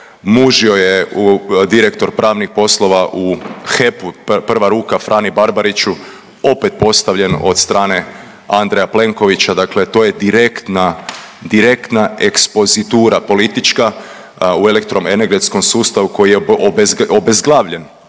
muž joj je direktor pravnih poslova u HEP-u, prva ruka Frani Barbariću, opet postavljen od strane Andreja Plenkovića, dakle to je direktna, direktna ekspozitura politička u elektroenergetskom sustavu koji je obezglavljen